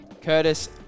curtis